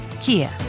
Kia